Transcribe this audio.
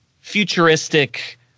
futuristic